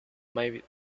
may